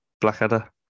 Blackadder